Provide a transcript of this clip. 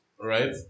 right